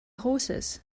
horses